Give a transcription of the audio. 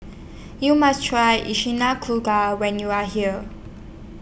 YOU must Try when YOU Are here